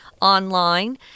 online